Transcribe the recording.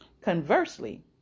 Conversely